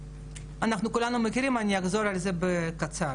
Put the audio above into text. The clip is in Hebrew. אנחנו כולנו מכירים, אני אחזור על זה בקיצור.